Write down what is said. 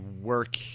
work